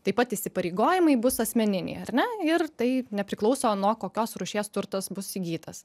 taip pat įsipareigojimai bus asmeniniai ar ne ir tai nepriklauso nuo kokios rūšies turtas bus įgytas